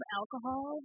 alcohol